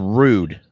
rude